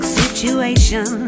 situation